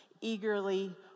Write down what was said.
eagerly